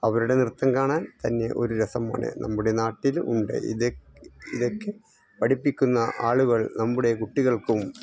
അവരുടെ നൃത്തം കാണാൻ തന്നെ ഒരു രസമാണ് നമ്മുടെ നാട്ടിൽ ഉണ്ട് ഇത് ഇതൊക്കെ പഠിപ്പിക്കുന്ന ആളുകൾ നമ്മുടെ കുട്ടികൾക്കും